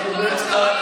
חברת הכנסת מארק,